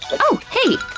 oh, hey!